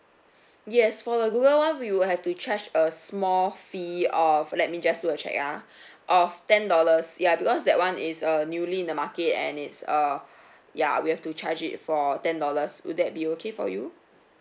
yes for the Google [one] we will have to charge a small fee of let me just do a check ah of ten dollars ya because that [one] is uh newly in the market and it's err ya we have to charge it for ten dollars would that be okay for you